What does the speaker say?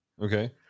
okay